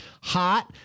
hot